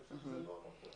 אני חושב שזה לא המקום.